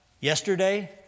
yesterday